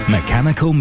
Mechanical